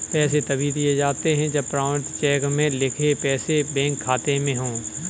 पैसे तभी दिए जाते है जब प्रमाणित चेक में लिखे पैसे बैंक खाते में हो